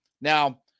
Now